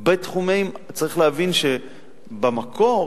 בתחומים, צריך להבין שבמקור